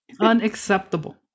Unacceptable